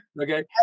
Okay